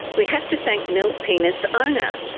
we have to thank nilpena's owner,